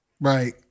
Right